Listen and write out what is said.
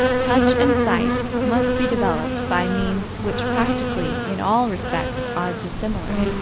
touch and sight must be developed by means which practically in all respects are dissimilar.